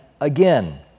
again